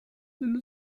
dello